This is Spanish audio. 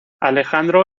alejandro